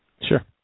Sure